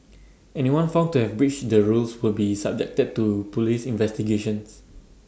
anyone found to have breached the rules will be subjected to Police investigations